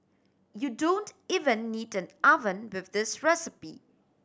you don't even need an oven with this recipe